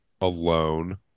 alone